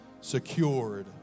secured